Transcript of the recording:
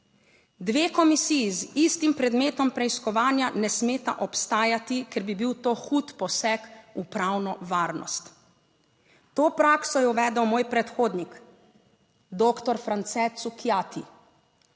Dve komisiji z istim predmetom preiskovanja ne smeta obstajati, ker bi bil to hud poseg v pravno varnost; to prakso je uvedel moj predhodnik doktor France Cukjati